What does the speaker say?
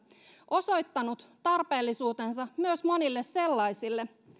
osoittanut tarpeellisuutensa myös monille sellaisille